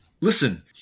listen